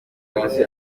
hasi